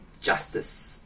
justice